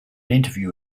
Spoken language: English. interview